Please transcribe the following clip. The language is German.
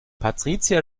patricia